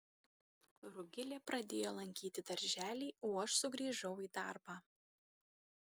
rugilė pradėjo lankyti darželį o aš sugrįžau į darbą